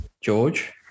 George